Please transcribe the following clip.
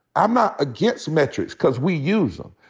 i'm not against metrics, cause we use em.